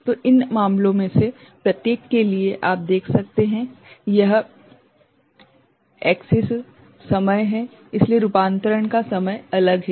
तो इन मामलों में से प्रत्येक के लिए आप देख सकते हैं यह अक्ष समय है इसलिए रूपांतरण का समय अलग है